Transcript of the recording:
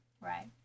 Right